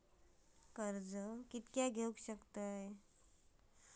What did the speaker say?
कर्ज कीती घेऊ शकतत?